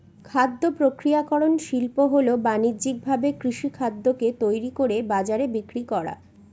খাদ্য প্রক্রিয়াকরন শিল্প হল বানিজ্যিকভাবে কৃষিখাদ্যকে তৈরি করে বাজারে বিক্রি করা